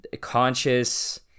conscious